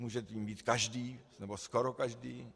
Může jím být každý, nebo skoro každý.